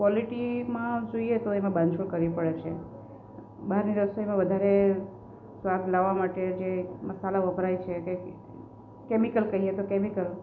કોલેટીમાં જોઈએ તો એમાં બાંધછોડ કરવી પડે છે બહારની રસોઈમાં વધારે સ્વાદ લાવવા માટે જે મસાલા વપરાય છે તે કેમિકલ કહીએ તો કેમિકલ